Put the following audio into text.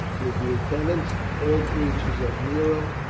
his lieutenants, all creatures of nero,